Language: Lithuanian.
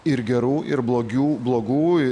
ir gerų ir blogių blogų